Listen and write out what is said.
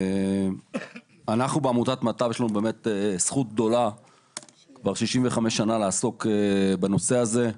בעמותת ׳מטב׳ יש לנו זכות גדולה בנושא הזה.